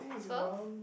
twelve